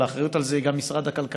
אבל האחריות על זה היא גם משרד הכלכלה,